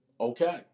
okay